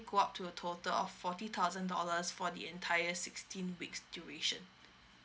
go up to a total of forty thousand dollars for the entire sixteen weeks duration